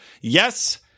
Yes